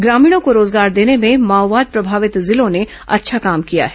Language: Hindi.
ग्रामीणों को रोजगार देने भें माओवाद प्रभावित जिलों ने अच्छा काम किया है